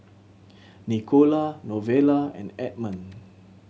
Nicola Novella and Edmon